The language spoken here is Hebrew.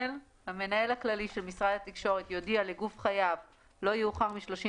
"(ג)המנהל הכללי של משרד התקשורת יודיע לגוף חייב לא יאוחר מ-31